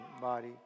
body